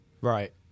right